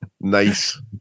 Nice